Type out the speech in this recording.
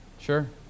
Sure